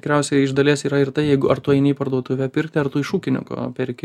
tikriausiai iš dalies yra ir tai jeigu ar tu eini į parduotuvę pirkti ar tu iš ūkininko perki